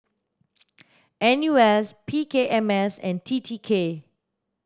N U S P K M S and T T K